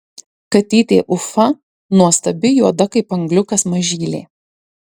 katytė ufa nuostabi juoda kaip angliukas mažylė